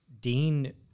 Dean